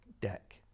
deck